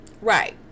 right